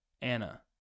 Anna